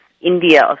India